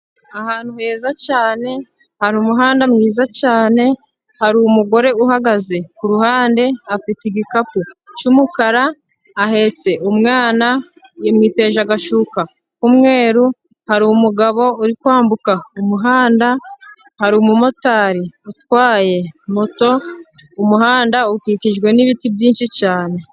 Ahantu heza cyane hari umuhanda mwiza cyane, hari umugore uhagaze ku ruhande, afite igikapu cy'umukara, ahetse umwana, yamwiteje agashuka k'umweru, hari umugabo uri kwambuka umuhanda, hari umumotari utwaye moto, umuhanda ukikijwe n'ibiti byinshi cyane.